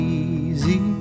easy